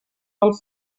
del